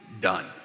done